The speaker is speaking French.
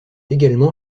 également